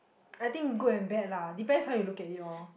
I think good and bad lah depends how you look at it lor